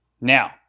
Now